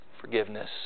forgiveness